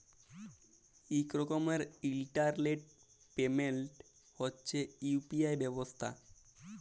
ইক রকমের ইলটারলেট পেমেল্ট হছে ইউ.পি.আই ব্যবস্থা